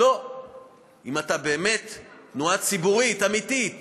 אם אתה באמת תנועה ציבורית אמיתית